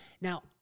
Now